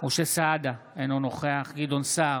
משה סעדה, אינו נוכח גדעון סער,